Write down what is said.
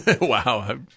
Wow